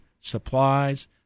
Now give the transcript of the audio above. supplies